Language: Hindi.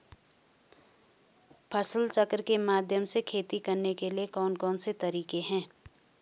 फसल चक्र के माध्यम से खेती करने के लिए कौन कौन से तरीके हैं?